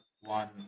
one